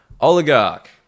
oligarch